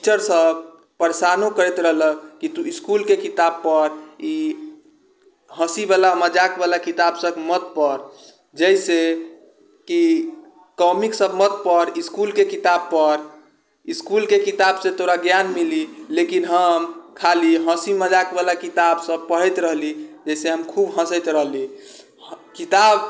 टीचरसब परेशानो करैत रहलक कि तू इसकुलके किताब पढ़ ई हँसीवला मजाकवला किताबसब मत पढ़ जइसे कि कॉमिकसब मत पढ़ इसकुलके किताब पढ़ इसकुलके किताबसँ तोरा ज्ञान मिली लेकिन हम खाली हँसी मजाकवला किताबसब पढ़ैत रहली जइसे हम खूब हँसैत रहली किताब